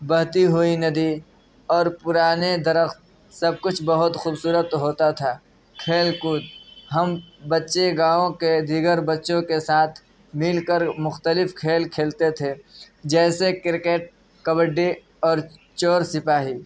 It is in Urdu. بہتی ہوئی ندی اور پرانے درخت سب کچھ بہت خوبصورت ہوتا تھا کھیل کود ہم بچے گاؤں کے دیگر بچّوں کے ساتھ مل کر مختلف کھیل کھیلتے تھے جیسے کرکٹ کبڈّی اور چور سپاہی